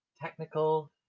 Technical